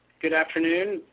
good afternoon.